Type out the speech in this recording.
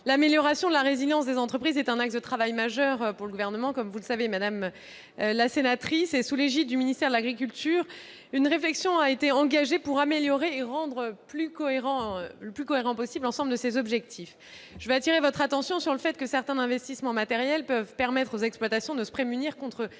L'amélioration de la résilience des entreprises est un axe de travail majeur pour le Gouvernement, comme vous le savez, madame la sénatrice. Sous l'égide du ministère de l'agriculture, une réflexion a été engagée en vue d'améliorer et de rendre l'ensemble de ces objectifs le plus cohérent possible. Je veux attirer votre attention sur le fait que certains investissements matériels peuvent permettre aux exploitations de se prémunir contre